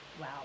Wow